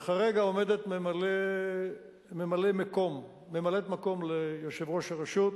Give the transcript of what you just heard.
וכרגע עומדת ממלאת-מקום ליושב-ראש הרשות,